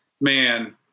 man